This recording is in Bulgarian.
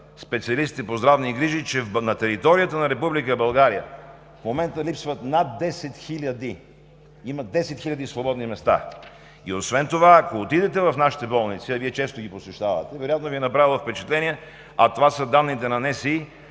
специалистите по здравни грижи, че на територията на Република България в момента има над 10 000 свободни места. Освен това, ако отидете в нашите болници, а Вие често ги посещавате и вероятно Ви е направило впечатление, а това са данни на НСИ,